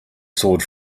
sword